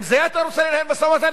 עם זה אתה רוצה לנהל משא-ומתן?